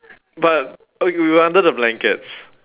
but uh we were under the blankets